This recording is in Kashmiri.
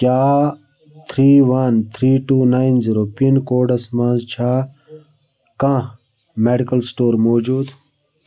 کیٛاہ three one three two nine zero pin codes مَنٛز چھا کانٛہہ میڈیکل سٹور موٗجوٗد